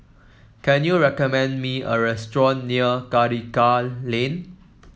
can you recommend me a restaurant near Karikal Lane